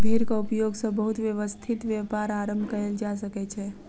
भेड़क उपयोग सॅ बहुत व्यवस्थित व्यापार आरम्भ कयल जा सकै छै